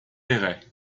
péray